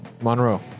Monroe